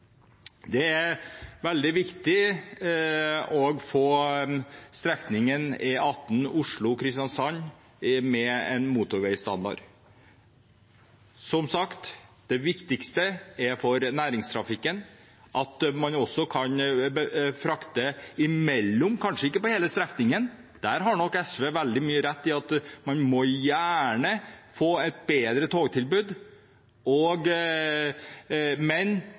Det er veldig viktig å få strekningen E18 Oslo–Kristiansand med motorveistandard. Som sagt, det er viktigst for næringstrafikken. Man kan også frakte på deler av, men kanskje ikke på hele strekningen. SV har nok veldig mye rett i at man må få et bedre togtilbud. Men